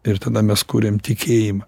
ir tada mes kuriam tikėjimą